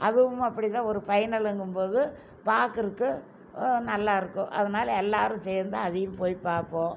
அதுவும் அப்படிதான் ஒரு ஃபைனலுங்கும்போது பார்க்கறக்கு நல்லாயிருக்கும் அதனால எல்லோரும் சேர்ந்து அதையும் போய் பார்ப்போம்